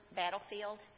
battlefield